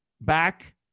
back